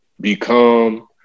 become